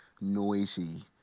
noisy